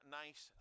nice